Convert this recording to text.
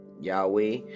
Yahweh